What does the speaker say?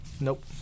nope